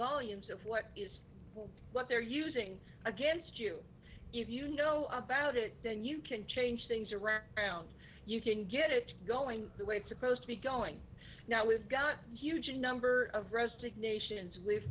volumes of what is what they're using against you if you know about it then you can change things around or around you can get it going the way it's supposed to be going now we've got huge number of resignations we've